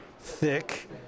thick